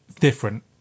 different